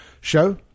show